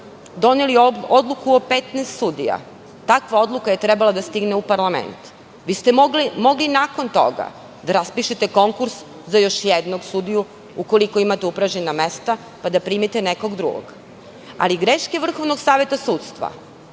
doneli odluku o 15 sudija, takva odluka je trebala da stigne u parlament. Vi ste mogli i nakon toga da raspišete konkurs za još jednog sudiju, ukoliko imate upražnjena mesta, pa da primite nekog drugog, ali greške Vrhovnog saveta sudstva